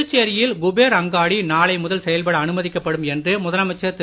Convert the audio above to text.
புதுச்சேரியில் குபேர் அங்காடி நாளை முதல் செயல்பட அனுமதிக்கப்படும் என்று முதலமைச்சர் திரு